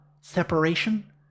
Separation